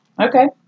Okay